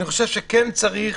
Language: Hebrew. אני חושב שכן צריך,